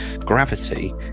Gravity